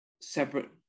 separate